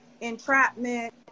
entrapment